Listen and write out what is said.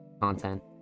content